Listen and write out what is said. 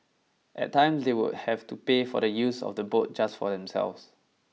at times they would have to pay for the use of the boat just for themselves